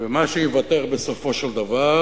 ומה שייוותר, בסופו של דבר,